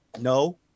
No